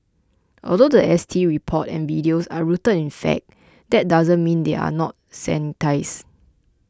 although the S T report and videos are rooted in fact that doesn't mean they are not sanitised